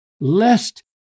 lest